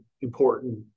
important